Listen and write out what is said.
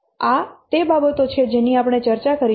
આ તે બાબતો છે જેની આજે આપણે ચર્ચા કરી છે